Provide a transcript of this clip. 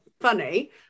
funny